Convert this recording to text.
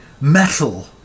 metal